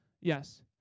Yes